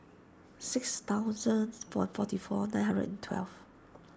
six thousands four forty four nine hundred and twelve